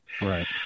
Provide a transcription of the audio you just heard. Right